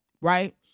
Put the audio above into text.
right